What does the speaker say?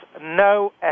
no